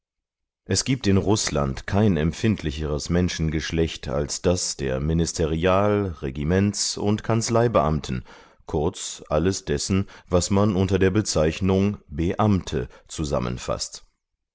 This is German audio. es gibt in rußland kein empfindlicheres menschengeschlecht als das der ministerial regiments und kanzleibeamten kurz alles dessen was man unter der bezeichnung beamte zusammenfaßt